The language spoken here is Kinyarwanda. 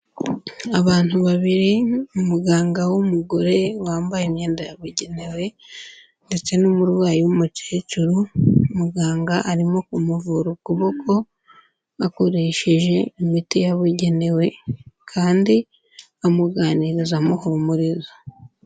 Abantu babiri, umuganga w'umugore wambaye imyenda yabugenewe ndetse n'umurwayi w'umukecuru, muganga arimo kumuvura ukuboko, akoresheje imiti yabugenewe kandi amuganiriza amuhumuriza.